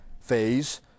phase